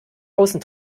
außen